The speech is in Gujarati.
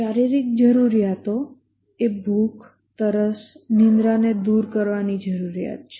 શારીરિક જરૂરિયાતો એ ભૂખ તરસ નિંદ્રાને દૂર કરવાની જરૂરિયાત છે